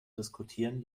diskutierten